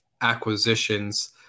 acquisitions